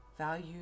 value